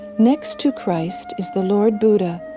next to christ is the lord buddha,